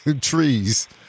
trees